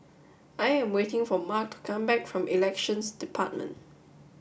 I am waiting for Mart to come back from Elections Department